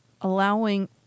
Allowing